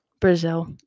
Brazil